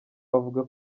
avuga